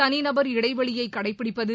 தனிநபர் இடைவெளியை கடைப்பிடிப்பது